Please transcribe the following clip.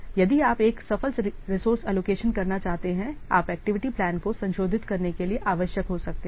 इसलिए यदि आप एक सफल रिसोर्स एलोकेशन करना चाहते हैं आप एक्टिविटी प्लान को संशोधित करने के लिए आवश्यक हो सकते हैं